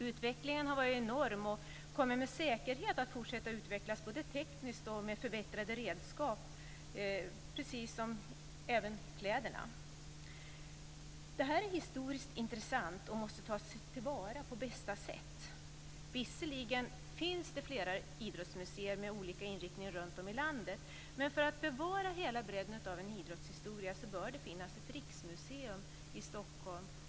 Utvecklingen har varit enorm och kommer med säkerhet att fortsätta både tekniskt, med förbättrade redskap, och vad gäller kläderna. Det här är historiskt intressant och måste tas till vara på bästa sätt. Visserligen finns det flera idrottsmuseer med olika inriktning runtom i landet. Men för att bevara hela bredden av en idrottshistoria bör det finnas ett riksmuseum i Stockholm.